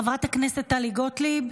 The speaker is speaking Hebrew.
חברת הכנסת טלי גוטליב.